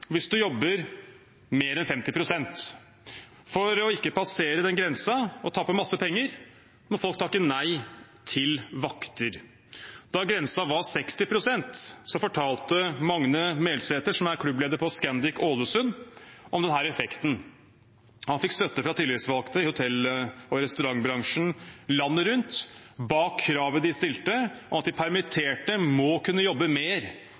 hvis man jobber mer enn 50 pst. For ikke å passere den grensen og tape masse penger må folk takke nei til vakter. Da grensen var 60 pst., fortalte Magne Melsæter, som er klubbleder på Scandic i Ålesund, om denne effekten. Han fikk støtte fra tillitsvalgte i hotell- og restaurantbransjen landet rundt til kravet de stilte om at de permitterte må kunne jobbe mer